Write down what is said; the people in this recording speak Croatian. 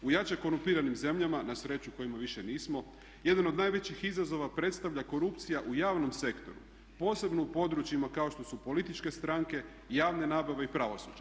U jače korumpiranim zemljama, na sreću u kojima više nismo jedan od najvećih izazova predstavlja korupcija u javnom sektoru, posebno u područjima kao što su političke stranke, javne nabave i pravosuđe.